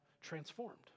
transformed